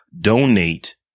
donate